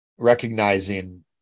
Recognizing